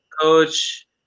coach